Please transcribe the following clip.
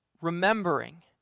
remembering